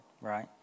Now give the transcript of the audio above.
Right